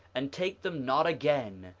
and take them not again,